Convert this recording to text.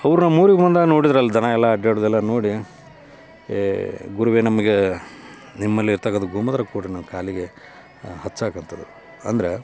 ಅವ್ರು ನಮ್ಮ ಊರಿಗೆ ಬಂದಾಗ ನೋಡಿದ್ರಲ್ಲ ದನ ಎಲ್ಲ ಅಡ್ಡಾಡುವುದೆಲ್ಲ ನೋಡಿ ಏಯ್ ಗುರುವೇ ನಮ್ಗೆ ನಿಮ್ಮಲ್ಲಿ ಇರತಕ್ಕಂಥ ಗೋಮೂತ್ರ ಕೊಡ್ರಿ ನನ್ನ ಕಾಲಿಗೆ ಹಚ್ಚಕ್ಕೆ ಅಂತಂದರು ಅಂದ್ರೆ